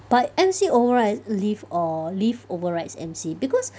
but M_C overright leave or leave overrights M_C because